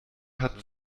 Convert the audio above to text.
hat